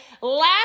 last